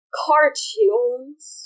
cartoons